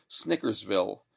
Snickersville